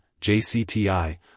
JCTI